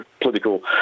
political